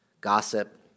gossip